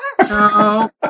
No